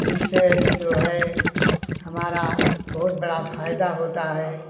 इससे जो है हमारा बहुत बड़ा फायदा होता है